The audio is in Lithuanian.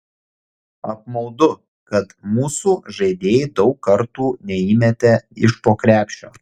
apmaudu kad mūsų žaidėjai daug kartų neįmetė iš po krepšio